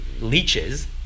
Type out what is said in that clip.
leeches